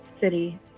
...city